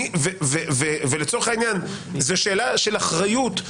ולצורך העניין זו שאלה של אחריות,